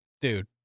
dude